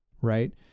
right